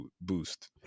boost